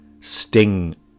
sting